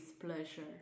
pleasure